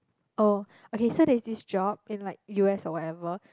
oh okay so there is this job in like U_S or whatever